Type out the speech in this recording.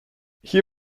hier